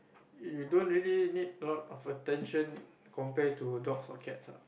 you don't really need a lot of attention compare to dogs and cats ah